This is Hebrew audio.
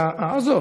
הזאת.